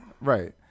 Right